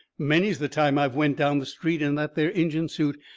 many's the time i have went down the street in that there injun suit,